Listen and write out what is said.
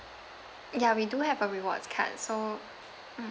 ya we do have a rewards card so mm